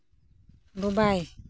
Dubai